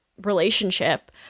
relationship